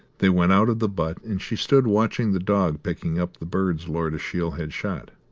they went out of the butt, and she stood watching the dog picking up the birds lord ashiel had shot.